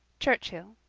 churchhill.